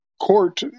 Court